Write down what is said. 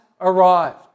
arrived